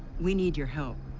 we need your help.